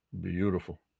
beautiful